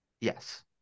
Yes